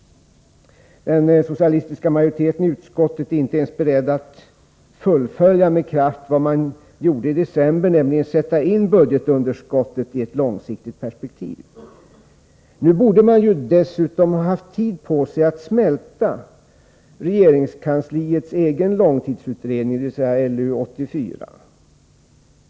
Den socialistiska majoriteten i utskottet är inte ens beredd att med kraft fullfölja vad man började göra i december, nämligen att sätta in budgetunderskottet i ett långsiktigt perspektiv. Nu borde man dessutom ha haft tid på sig att smälta regeringskansliets egen långtidsutredning, LU 84.